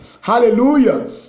Hallelujah